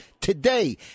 today